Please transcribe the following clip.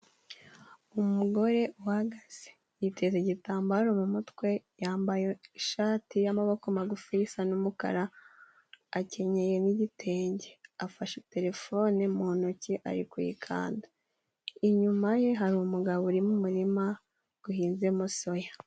Umugore uhagaze yiteza igitambaro mu mutwe, yambaye ishati y'amaboko magufi isa n'umukara, akenyeye n'igitenge afashe terefone mu ntoki ari kuyikanda, inyuma ye hari umugabo uri mu murima uhinzemo soya.